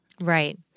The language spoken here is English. Right